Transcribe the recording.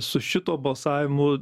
su šituo balsavimu